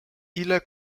ile